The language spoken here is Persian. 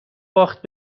باخت